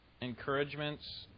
encouragements